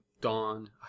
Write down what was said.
dawn